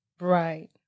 Right